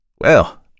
Well